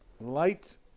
light